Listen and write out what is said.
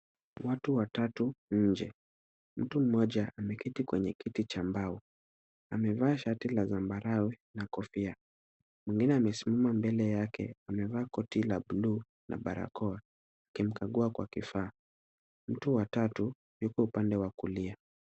Watu watatu nje, mtu mmoja ameketi kwenye kiti cha mbao amevaa shati la zambarawe na kofia. Mwingine amesimama mbele yake amevaa koti la buluu na barakoa akimkagua kwa kifaa. Mtu wa tatu yuko upande wa kulia.